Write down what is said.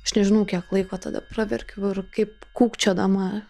aš nežinau kiek laiko tada praverkiau ir kaip kūkčiodama